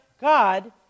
God